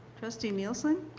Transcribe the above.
trustee nielson?